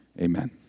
amen